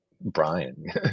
Brian